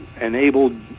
enabled